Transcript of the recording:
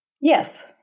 Yes